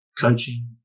coaching